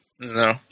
No